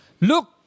Look